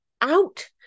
out